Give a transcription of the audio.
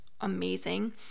amazing